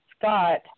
Scott